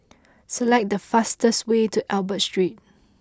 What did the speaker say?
select the fastest way to Albert Street